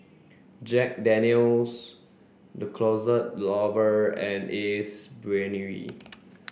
Jack Daniel's The Closet Lover and Ace Brainery